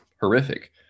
horrific